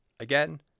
again